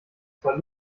zwar